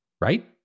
Right